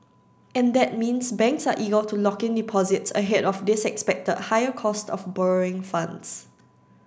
and that means banks are eager to lock in deposits ahead of this expected higher cost of borrowing funds